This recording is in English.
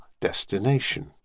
destination